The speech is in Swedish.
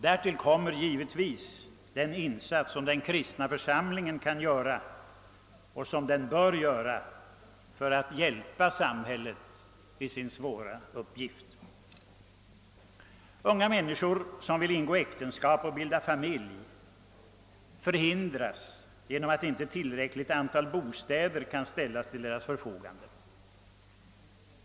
Därtill kommer givetvis den insats som den kristna församlingen kan göra och som den bör göra för att hjälpa samhället i dess svåra uppgift. Unga människor som vill ingå äktenskap och bilda familj hindras genom att inte bostad kan ställas till deras förfogande.